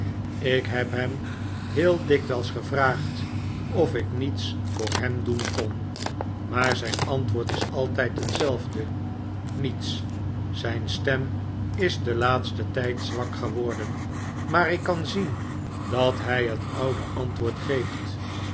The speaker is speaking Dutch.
ik heb hem heel dikwijls gevraagd of ik niets voor hem doen kon maar zijn antwoord is altijd hetzelfde niets zijn stem is den laatsten tijd zwak geworden maar ik kan zien dat hij het oude antwoord geeft